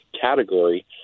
category